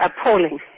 Appalling